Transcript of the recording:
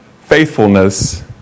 faithfulness